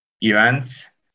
events